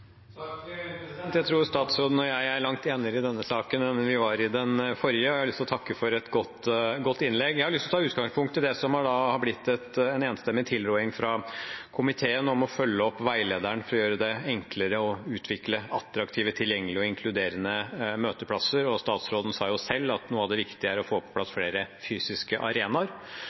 Jeg tror statsråden og jeg er langt mer enige i denne saken enn vi var i den forrige, og jeg har lyst til å takke for et godt innlegg. Jeg har lyst til å ta utgangspunkt i det som har blitt en enstemmig tilråding fra komiteen om å følge opp veilederen for å gjøre det enklere å utvikle attraktive, tilgjengelige og inkluderende møteplasser. Statsråden sa selv at noe av det viktige er å få på plass flere fysiske arenaer.